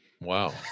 wow